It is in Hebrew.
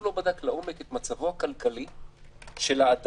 לא בדק לעומק את מצבו הכלכלי של האדם.